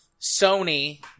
Sony